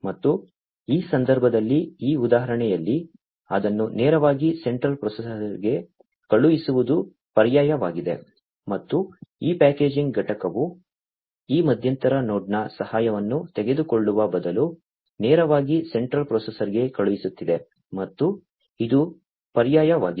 ಮತ್ತು ಈ ಸಂದರ್ಭದಲ್ಲಿ ಈ ಉದಾಹರಣೆಯಲ್ಲಿ ಅದನ್ನು ನೇರವಾಗಿ ಸೆಂಟ್ರಲ್ ಪ್ರೊಸೆಸರ್ಗೆ ಕಳುಹಿಸುವುದು ಪರ್ಯಾಯವಾಗಿದೆ ಮತ್ತು ಈ ಪ್ಯಾಕೇಜಿಂಗ್ ಘಟಕವು ಈ ಮಧ್ಯಂತರ ನೋಡ್ನ ಸಹಾಯವನ್ನು ತೆಗೆದುಕೊಳ್ಳುವ ಬದಲು ನೇರವಾಗಿ ಸೆಂಟ್ರಲ್ ಪ್ರೊಸೆಸರ್ಗೆ ಕಳುಹಿಸುತ್ತಿದೆ ಮತ್ತು ಇದು ಪರ್ಯಾಯವಾಗಿದೆ